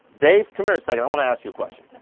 dave, come here a second, i wanna ask you a question.